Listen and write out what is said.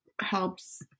helps